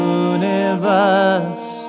universe